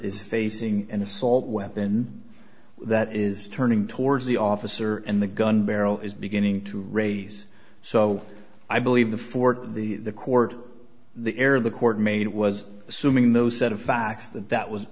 is facing an assault weapon that is turning towards the officer and the gun barrel is beginning to raise so i believe the fort the court the air the court made was assuming those set of facts that that was